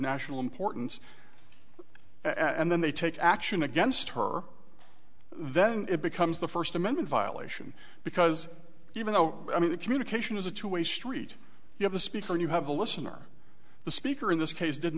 national importance and then they take action against her then it becomes the first amendment violation because even though i mean the communication is a two way street you have a speaker and you have a listener the speaker in this case didn't